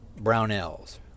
Brownells